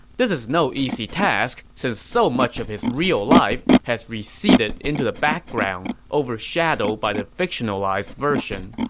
this is no easy task, since so much of his real life has receded into the background, overshadowed by the fictionalized version.